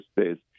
States